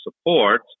support